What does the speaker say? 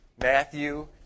Matthew